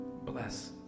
Bless